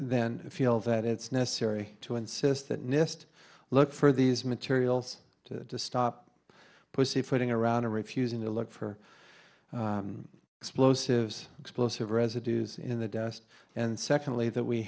then feel that it's necessary to insist that nist look for these materials to stop pussyfooting around and refusing to look for explosives explosive residue xin the dust and secondly that we